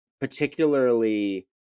particularly